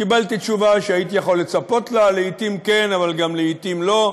קיבלתי תשובה שהייתי יכול לצפות לה: לעתים כן אבל גם לעתים לא.